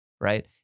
right